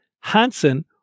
hansen